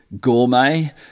gourmet